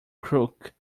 crook